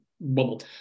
bubble